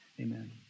amen